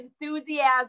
enthusiasm